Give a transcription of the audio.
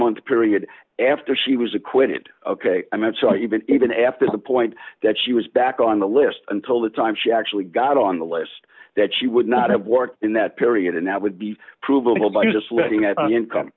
month period after she was acquitted ok i meant so even even after the point that she was back on the list until the time she actually got on the list that she would not have worked in that period and that would be provable by just looking at income